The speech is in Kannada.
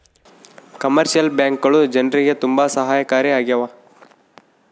ಕಮರ್ಶಿಯಲ್ ಬ್ಯಾಂಕ್ಗಳು ಜನ್ರಿಗೆ ತುಂಬಾ ಸಹಾಯಕಾರಿ ಆಗ್ಯಾವ